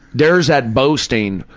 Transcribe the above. there's that boasting,